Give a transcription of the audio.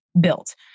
built